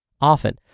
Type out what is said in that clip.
Often